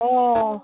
অঁ অঁ